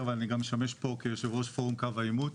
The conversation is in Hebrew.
ואני משמש פה כיו"ר פורום קו העימות.